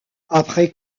après